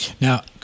now